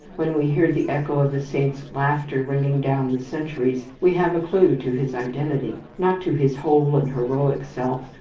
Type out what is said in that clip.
when we hear the echo of a saint's laughter ringing down the centuries, we have a clue to his identity not to his whole and heroic self,